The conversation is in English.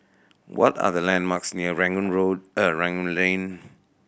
what are the landmarks near Rangoon Road Rangoon Lane